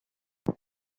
but